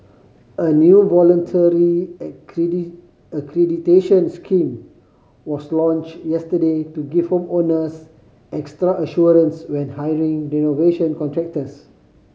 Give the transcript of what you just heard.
a new voluntary accreditation scheme was launched yesterday to give home owners extra assurance when hiring renovation contractors